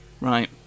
Right